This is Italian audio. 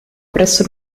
presso